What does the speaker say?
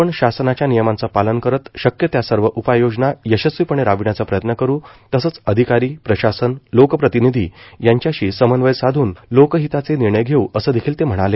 आपण शासनाच्या नियमांचं पालन करत शक्य त्या सर्व उपाय योजना यशस्वीपणे राबविण्याचा प्रयत्न करू तसंच अधिकारी प्रशासन लोकप्रतिनिधी यांच्याशी समन्वय साधून लोकहिताचे निर्णय घेऊ असं देखील ते म्हणाले